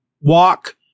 walk